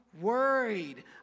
worried